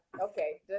okay